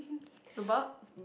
about